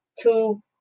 two